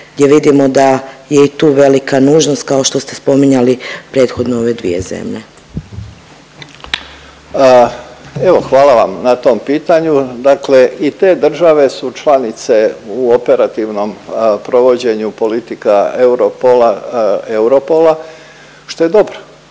gdje vidimo da je i tu velika nužnost, kao što ste spominjali prethodno i ove dvije zemlje. **Božinović, Davor (HDZ)** Evo hvala vam na tom pitanju, dakle i te države su članice u operativnom provođenju politika Europola, Europola, što je dobro.